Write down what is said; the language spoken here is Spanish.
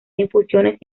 infusiones